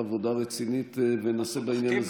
עבודה רצינית ונעשה בעניין הזה שינוי.